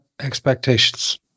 expectations